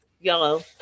Yellow